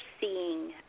seeing